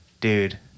dude